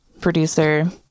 producer